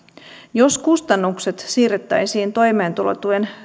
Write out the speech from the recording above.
jos kustannukset siirrettäisiin toimeentulotuen